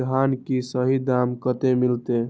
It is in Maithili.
धान की सही दाम कते मिलते?